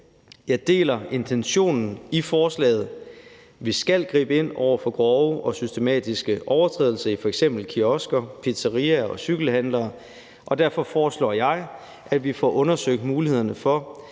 Jeg deler intentionen i forslaget. Vi skal gribe ind over for grove og systematiske overtrædelser i f.eks. kiosker, pizzeriaer og hos cykelhandlere. Derfor foreslår jeg, at vi får undersøgt mulighederne for,